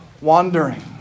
wandering